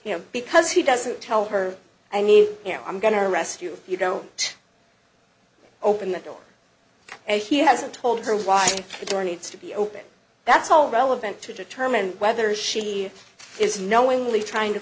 you know because he doesn't tell her i mean you know i'm going to rescue you don't open the door and he hasn't told her why the door needs to be open that's all relevant to determine whether she is knowingly trying to